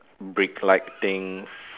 brick like things